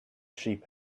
sheep